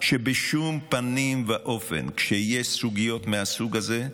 שכשיש סוגיות מהסוג הזה,